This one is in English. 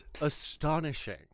astonishing